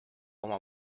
oma